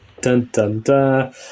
Dun-dun-dun